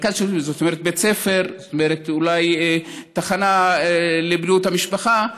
זאת אומרת בית ספר ואולי תחנה לבריאות המשפחה,